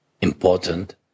important